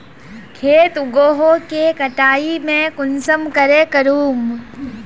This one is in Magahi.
खेत उगोहो के कटाई में कुंसम करे करूम?